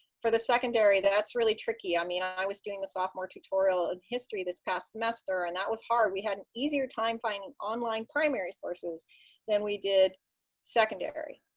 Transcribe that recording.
for the secondary, that's really tricky. i mean, i was doing a sophomore tutorial on history this past semester, and that was hard. we had an easier time finding online primary sources than we did secondary.